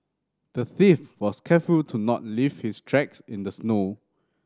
the thief was careful to not leave his tracks in the snow